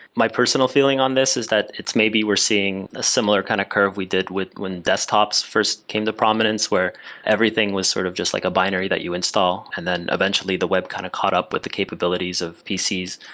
my personal feeling on this is that it's maybe we're seeing a similar kind of curve we did with when desktops first came to prominence, where everything was sort of just like a binary that you install, and then eventually the web kind of caught up with the capabilities of pcs.